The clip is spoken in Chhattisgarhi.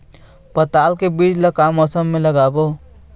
पताल के बीज ला का मौसम मे लगाबो?